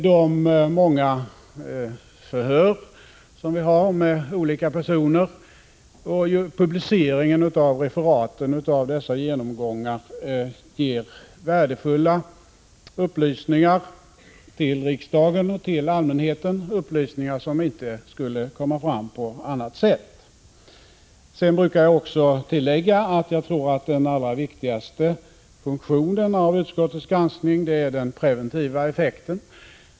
De många förhör som vi har med olika personer och publiceringen av referaten av dessa genomgångar ger värdefulla upplysningar till riksdagen och till allmänheten, upplysningar som inte skulle komma fram på annat sätt. Sedan brukar jag också tillägga att jag tror att den allra viktigaste funktionen av utskottets granskning är den preventiva effekten.